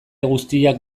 guztiak